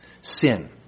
sin